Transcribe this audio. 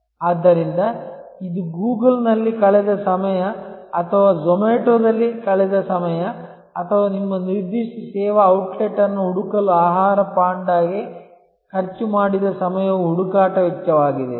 ಆದ್ದರಿಂದ ಇದು ಗೂಗಲ್ನಲ್ಲಿ ಕಳೆದ ಸಮಯ ಅಥವಾ ಝೋಮ್ಯಾಟೊದಲ್ಲಿ ಕಳೆದ ಸಮಯ ಅಥವಾ ನಿಮ್ಮ ನಿರ್ದಿಷ್ಟ ಸೇವಾ ಔಟ್ಲೆಟ್ ಅನ್ನು ಹುಡುಕಲು food ಪಾಂಡಾಗೆ ಖರ್ಚು ಮಾಡಿದ ಸಮಯವೂ ಹುಡುಕಾಟ ವೆಚ್ಚವಾಗಿದೆ